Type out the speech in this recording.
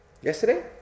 Yesterday